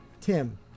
Tim